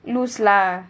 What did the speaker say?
loose lah